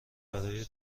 برای